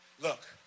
look